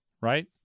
Right